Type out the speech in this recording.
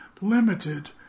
limited